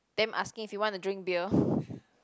them asking if you want to drink beer